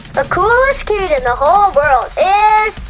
the coolest kid in the whole world is.